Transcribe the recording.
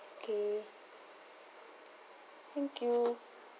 K thank you